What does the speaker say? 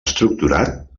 estructurat